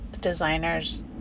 designers